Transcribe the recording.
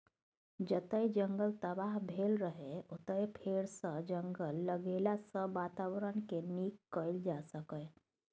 जतय जंगल तबाह भेल रहय ओतय फेरसँ जंगल लगेलाँ सँ बाताबरणकेँ नीक कएल जा सकैए